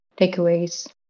takeaways